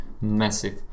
massive